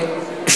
תודה רבה.